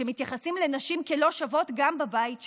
שמתייחסים לנשים כלא שוות גם בבית שלהן.